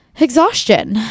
exhaustion